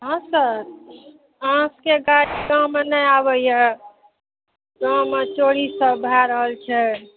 हँ सर अहाँके सभके गाड़ी गाममे नहि आबैए गाममे चोरी सब भए रहल छै